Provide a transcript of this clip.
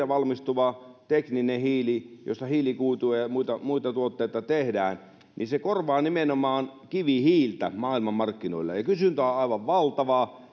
valmistuva tekninen hiili josta hiilikuitua ja ja muita muita tuotteita tehdään korvaa nimenomaan kivihiiltä maailmanmarkkinoilla ja kysyntä on on aivan valtavaa